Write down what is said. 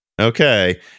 Okay